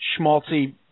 schmaltzy